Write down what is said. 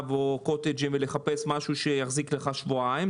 או קוטג' ולחפש משהו שיחזיק לך שבועיים.